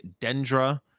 Dendra